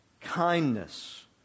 kindness